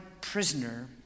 prisoner